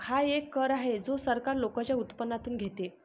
हा एक कर आहे जो सरकार लोकांच्या उत्पन्नातून घेते